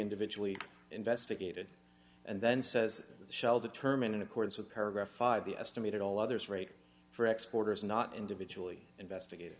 individually investigated and then says shall determine in accordance with paragraph five the estimated all others rate for exporters not individually investigated